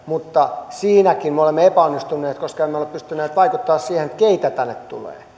mutta siinäkin me olemme epäonnistuneet koska emme ole pystyneet vaikuttamaan siihen keitä tänne tulee